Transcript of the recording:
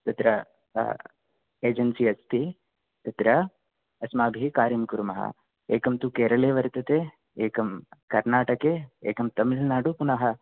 तत्र एजेन्सि अस्ति तत्र अस्माभिः कार्यं कुर्मः एकं तु केरले वर्तते एकं कर्णाटके एकं तामिल्नाडु पुनः